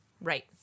Right